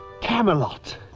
Camelot